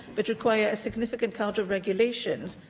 but require a significant cadre of regulations,